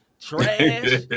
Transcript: trash